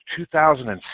2007